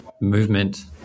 movement